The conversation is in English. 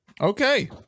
Okay